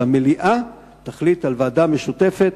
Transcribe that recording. שהמליאה תחליט על ועדה משותפת,